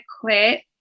quit